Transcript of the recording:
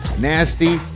Nasty